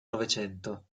novecento